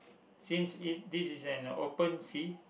since it this is an open sea